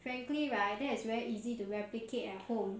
frankly right that I very easy to replicate at home